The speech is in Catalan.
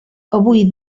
avui